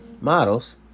models